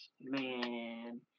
Man